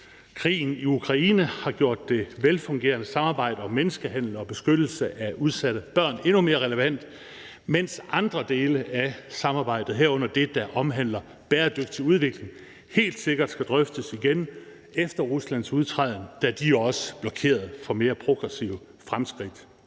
Krigen i Ukraine har gjort det velfungerende samarbejde om menneskehandel og beskyttelse af udsatte børn endnu mere relevant, mens andre dele af samarbejdet, herunder det, der omhandler bæredygtig udvikling, helt sikkert skal drøftes igen efter Ruslands udtræden, da de også blokerede for mere progressive fremskridt.